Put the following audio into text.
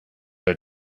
are